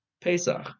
Pesach